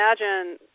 imagine